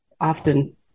often